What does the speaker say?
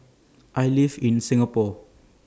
I live in Singapore